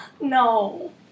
No